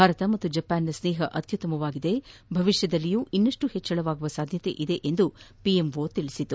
ಭಾರತ ಹಾಗೂ ಜಪಾನ್ನ ಸ್ನೇಹ ಉತ್ತಮವಾಗಿದ್ದು ಭವಿಷ್ಟದಲ್ಲಿಯೂ ಇನ್ನಷ್ಟು ಹೆಚ್ಚಳವಾಗುವ ಸಾಧ್ಯತೆ ಇದೆ ಎಂದು ಪಿಎಂಟ ತಿಳಿಸಿದೆ